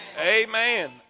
amen